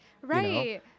right